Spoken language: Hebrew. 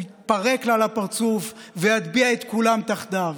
הוא יתפרק לה על הפרצוף ויטביע את כולם תחתיו.